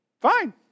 fine